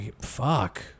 Fuck